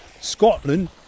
Scotland